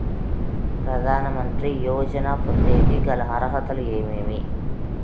ప్రధాన మంత్రి యోజన పొందేకి గల అర్హతలు ఏమేమి?